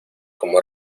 como